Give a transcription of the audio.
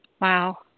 wow